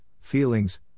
feelings